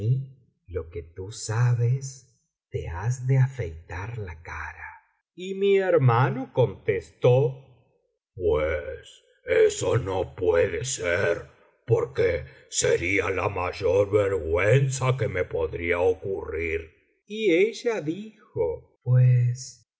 lo que tú sabes te has de afeitar la cara y mi hermano contostó pues eso no puede ser porque sería la mayor vergüenza que me podría ocurrir y ella dijo cpues